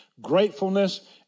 gratefulness